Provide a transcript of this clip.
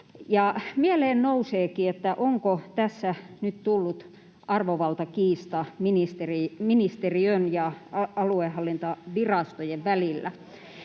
Mieleen nouseekin, onko tässä nyt tullut arvovaltakiista ministeriön ja aluehallintovirastojen välillä.